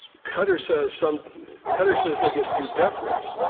cutter says some cutter says they get due deference,